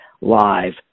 live